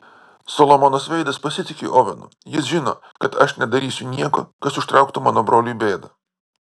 solomonas veidas pasitiki ovenu jis žino kad aš nedarysiu nieko kas užtrauktų mano broliui bėdą